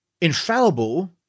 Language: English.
infallible